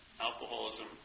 Alcoholism